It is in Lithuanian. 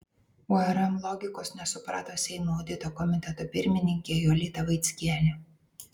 urm logikos nesuprato seimo audito komiteto pirmininkė jolita vaickienė